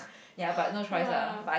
ya